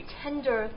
tender